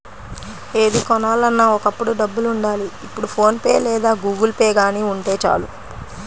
ఏది కొనాలన్నా ఒకప్పుడు డబ్బులుండాలి ఇప్పుడు ఫోన్ పే లేదా గుగుల్పే గానీ ఉంటే చాలు